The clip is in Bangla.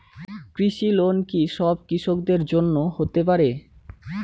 কৃষি লোন কি সব কৃষকদের জন্য হতে পারে?